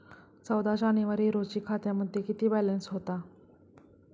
चौदा जानेवारी रोजी खात्यामध्ये किती बॅलन्स होता?